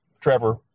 Trevor